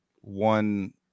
one